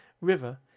River